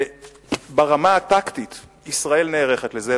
ברמה הטקטית ישראל נערכת לזה.